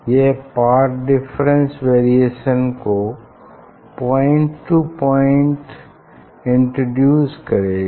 यह path difference variation को point to point introduce करेगा